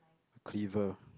cleaver